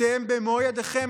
אתם במו ידיכם,